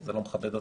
זה לא מכבד אותנו.